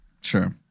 sure